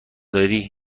داری